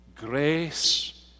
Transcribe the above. grace